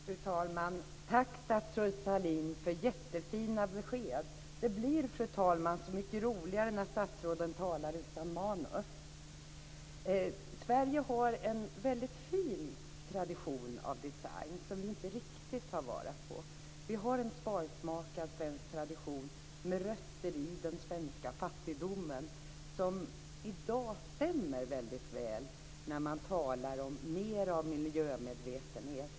Fru talman! Tack, statsrådet Sahlin, för jättefina besked. Det blir, fru talman, så mycket roligare när statsråden talar utan manus. Sverige har en väldigt fin tradition av design som vi inte riktigt tar vara på. Vi har en sparsmakad svensk tradition med rötter i den svenska fattigdomen som i dag stämmer väldigt väl när man talar om mer av miljömedvetenhet.